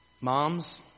Moms